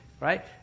Right